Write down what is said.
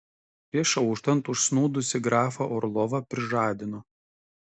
prieš auštant užsnūdusį grafą orlovą prižadino